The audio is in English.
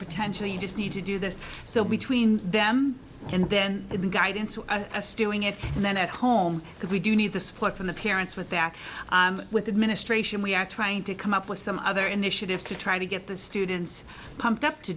potentially you just need to do this so between them and then the guidance or doing it and then at home because we do need the support from the parents with that with administration we are trying to come up with some other initiatives to try to get the students pumped up to